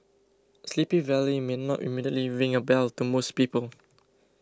Sleepy Valley may not immediately ring a bell to most people